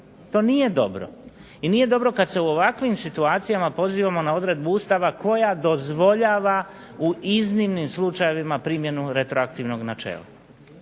To nije dobro i nije dobro kad se u ovakvim situacijama pozivamo na odredbu Ustava koja dozvoljava u iznimnim slučajevima primjenu retroaktivnog načela.